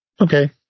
Okay